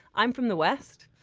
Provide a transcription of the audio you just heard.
i'm from the west.